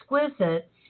exquisite